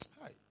Hi